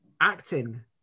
acting